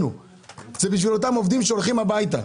אלא עבור אותם עובדים שהולכים הביתה.